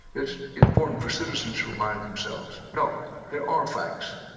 it's important for citizens to remind themselves, no, there are facts.